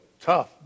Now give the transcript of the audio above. tough